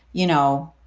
you know,